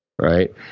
right